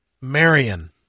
Marion